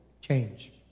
change